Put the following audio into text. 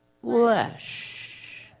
flesh